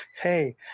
hey